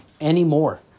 anymore